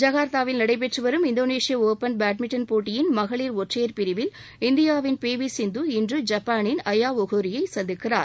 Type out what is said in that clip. ஜகார்த்தாவில் நடைபெற்று வரும் இந்தோனேஷிய ஒப்பன் பேட்மிண்டன் போட்டியில் மகளிர் ஒற்றையர் பிரிவில் இந்தியாவின் பி வி சிந்து இன்று ஜப்பானின் ஐயா ஒகோரியை சந்திக்கிறார்